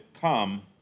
Come